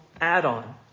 add-on